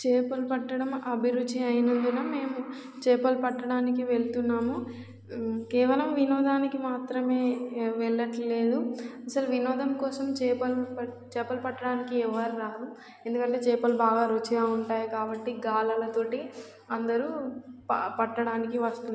చేపలు పట్టడం అభిరుచి అయినందున మేము చేపలు పట్టడానికి వెళ్తున్నాము కేవలం వినోదానికి మాత్రమే వెళ్ళట్లేదు అసలు వినోదం కోసం చేపలు చేపలు పట్టడానికి ఎవరు రారు ఎందుకంటే చేపలు బాగా రుచిగా ఉంటాయి కాబట్టి గాలెం తోటి అందరూ పట్టడానికి వస్తు